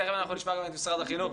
תיכף אנחנו נשמע גם את משרד החינוך.